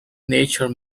nature